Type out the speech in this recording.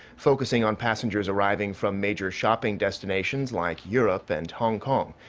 focusing on passengers arriving from major shopping destinations like europe and hong kong.